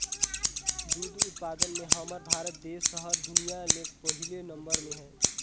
दूद उत्पादन में हमर भारत देस हर दुनिया ले पहिले नंबर में हे